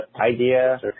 idea